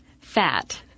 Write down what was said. fat